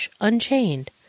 unchained